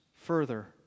further